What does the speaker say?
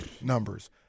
numbers